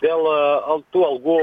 dėl tų algų